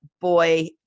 boy